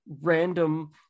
random